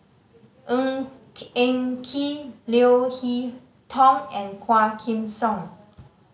Ng Eng Kee Leo Hee Tong and Quah Kim Song